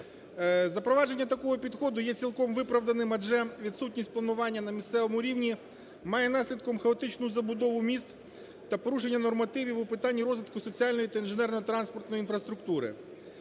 Запровадження такого підходу є цілком виправданим, адже відсутність планування на місцевому рівні має наслідком хаотичну забудову міст та порушення нормативів у питанні розвитку соціальної та інженерно-транспортної інфраструктури.